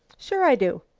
sure i do.